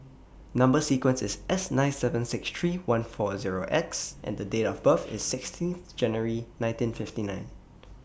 Number sequence IS S nine seven six three one four Zero X and Date of birth IS sixteenth January nineteen fifty nine